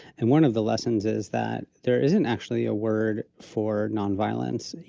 and one of the lessons is that there isn't actually a word for nonviolence,